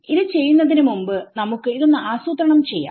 ഇത് ചെയ്യുന്നതിന് മുമ്പ് നമുക്ക് ഇതൊന്ന് ആസൂത്രണം ചെയ്യാം